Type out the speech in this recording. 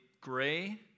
gray